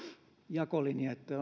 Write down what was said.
jakolinja